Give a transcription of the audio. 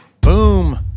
boom